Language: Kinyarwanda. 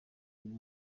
uyu